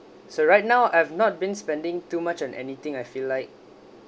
so right now I've not been spending too much on anything I feel like